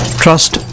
trust